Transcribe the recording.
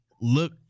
look